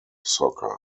soccer